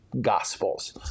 Gospels